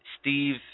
Steve